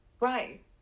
Right